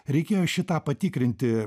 reikėjo šį tą patikrinti